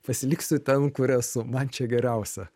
pasiliksiu ten kur esu man čia geriausia